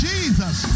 Jesus